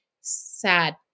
sad